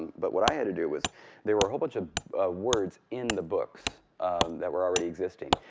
but what i had to do was there were a whole bunch of words in the books that were already existing.